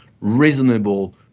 reasonable